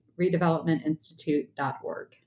redevelopmentinstitute.org